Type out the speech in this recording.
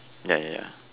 ya ya ya